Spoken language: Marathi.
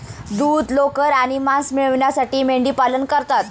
दूध, लोकर आणि मांस मिळविण्यासाठी मेंढीपालन करतात